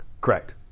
correct